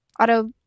auto